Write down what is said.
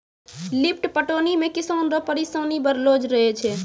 lift पटौनी मे किसान रो परिसानी बड़लो रहै छै